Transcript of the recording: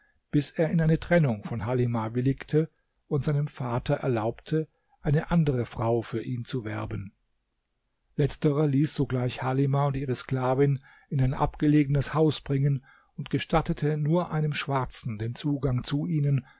bis er in eine trennung von halimah willigte und seinem vater erlaubte eine andere frau für ihn zu werben letzterer ließ sogleich halimah und ihre sklavin in ein abgelegenes haus bringen und gestattete nur einem schwarzen den zugang zu ihnen